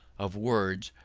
of words,